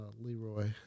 Leroy